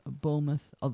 Bournemouth